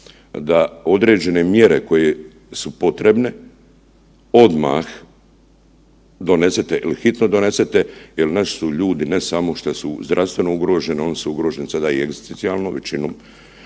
da određene mjere koje su potrebne odmah donesete ili hitno donesete jel naši su ljudi ne samo što su zdravstveno ugroženi oni su ugroženi sada i egzistencijalno, većinom